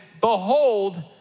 Behold